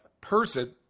person